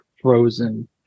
frozen